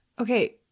Okay